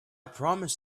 promised